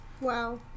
Wow